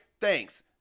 thanks